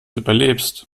überlebst